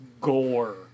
gore